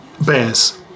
Bears